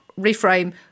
reframe